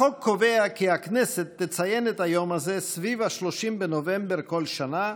החוק קובע כי הכנסת תציין את היום הזה סביב 30 בנובמבר כל שנה,